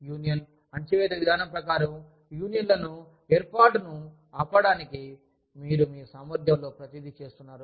union అణచివేత విధానం ప్రకారం యూనియన్ల ఏర్పాటును ఆపడానికి మీరు మీ సామర్థ్యంలో ప్రతిదీ చేస్తున్నారు